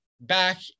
back